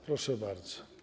Proszę bardzo.